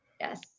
Yes